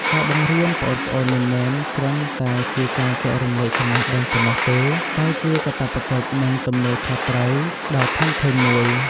ការបង្រៀនប្អូនៗមិនមែនគ្រាន់តែជាការចែករំលែកចំណេះដឹងប៉ុណ្ណោះទេ តែជាកាតព្វកិច្ច និងទំនួលខុសត្រូវដ៏ធំធេងមួយ។